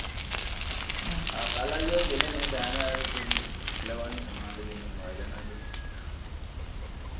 हां कल आई जाओ जेल्लै तुसें टैम है ते तुसें दिक्खी लाओ आह्नियै समान ते फ्ही मैं मंगाई लैना